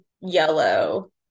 yellow